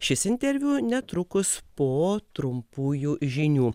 šis interviu netrukus po trumpųjų žinių